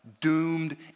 doomed